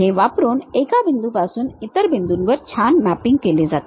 हे वापरून एका बिंदूपासून इतर बिंदूंवर छान मॅपिंग केले जाते